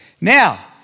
Now